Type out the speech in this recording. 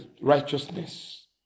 righteousness